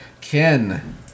Ken